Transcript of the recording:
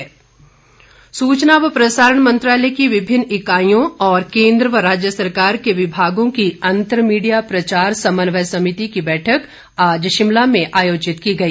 PIB सूचना व प्रसारण मंत्रालय की विभिन्न इकाईयों और केंद्र व राज्य सरकार के विभागों की अंतर मीडिया प्रचार समन्वय समिति की बैठक आज शिमला में आयोजित की गई